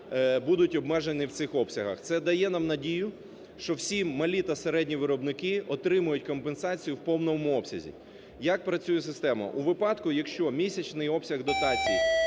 будуть обмежені в цих обсягах. Це дає нам надію, що всі малі та середні виробники отримають компенсацію в повному обсязі. Як працює система? У випадку, якщо місячний обсяг дотацій